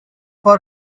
for